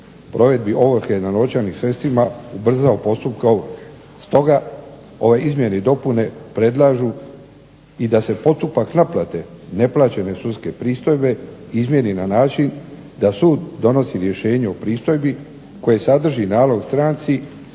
provedbi ovrhe na novčanim sredstvima ubrzao postupak, stoga ove izmjene i dopune predlažu i da se postupak naplate neplaćene sudske pristojbe izmijeni na način da sud donosi rješenje o pristojbi koje sadrži nalog stranci